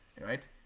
right